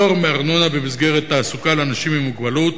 (פטור מארנונה למסגרות תעסוקה לאנשים עם מוגבלות),